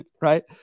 right